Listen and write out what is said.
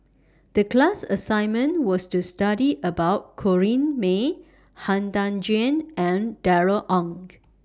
The class assignment was to study about Corrinne May Han Tan Juan and Darrell Ang